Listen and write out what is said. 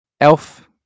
Elf